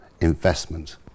investment